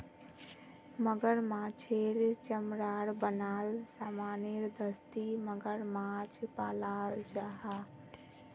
मगरमाछेर चमरार बनाल सामानेर दस्ती मगरमाछ पालाल जाहा